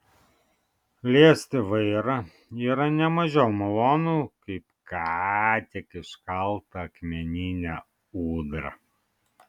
liesti vairą yra ne mažiau malonu kaip ką tik iškaltą akmeninę ūdrą